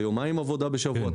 ליומיים עבודה בשבוע מהבית.